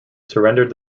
surrendered